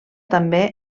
també